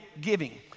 giving